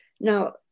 Now